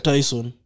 Tyson